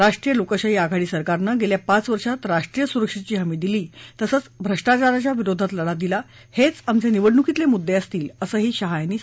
राष्ट्रीय लोकशाही आघाडी सरकारनं गेल्या पाच वर्षात राष्ट्रीय सुरक्षेची हमी दिली तसंच भ्रष्टाचाराच्या विरोधात लढा दिला हेच आमचे निवडणुकीतले मुद्दे असतील असंही शहा यांनी स्पष्ट केलं